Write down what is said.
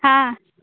हँ